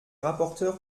rapporteur